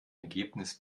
ergebnis